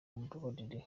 mumbabarire